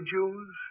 Jews